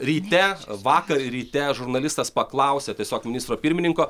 ryte vakar ryte žurnalistas paklausė tiesiog ministro pirmininko